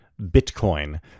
Bitcoin